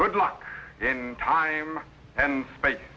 good luck in time and space